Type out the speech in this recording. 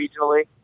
regionally